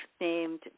named